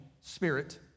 Spirit